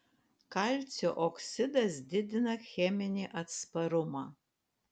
kalcio oksidas didina cheminį atsparumą